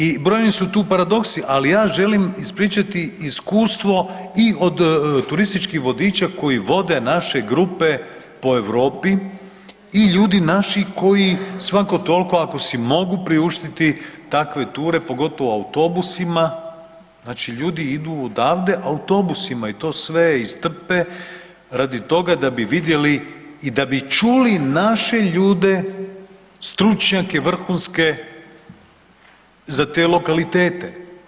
I brojni su tu paradoksi, ali ja želim ispričati iskustvo i od turističkih vodiča koji vode naše grupe po Europi i ljudi naši koji svako toliko ako si mogu priuštiti takve ture pogotovo autobusima, znači ljudi idu odavde autobusima i to sve istrpe radi toga da bi vidjeli i da bi čuli naše ljude stručnjake vrhunske za te lokalitete.